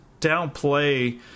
downplay